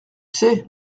sais